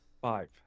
Five